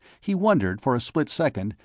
he wondered, for a split second,